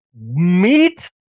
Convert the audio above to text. Meat